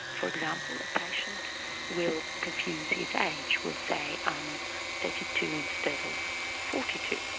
for example a patient will confuse his age, will say i'm thirty two instead of forty two,